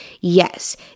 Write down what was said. Yes